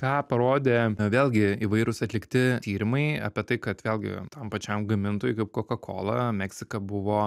ką parodė vėlgi įvairūs atlikti tyrimai apie tai kad vėlgi tam pačiam gamintojui kaip kokakolą meksika buvo